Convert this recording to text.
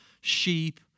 sheep